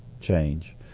change